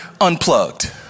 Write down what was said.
unplugged